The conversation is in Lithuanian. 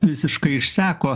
visiškai išseko